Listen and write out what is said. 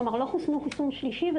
כלומר לא חוסנו חיסון שלישי.